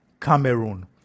Cameroon